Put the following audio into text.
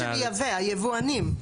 מי שמייבא, היבואנים.